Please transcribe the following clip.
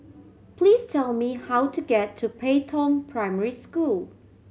please tell me how to get to Pei Tong Primary School